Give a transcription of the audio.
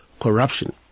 Corruption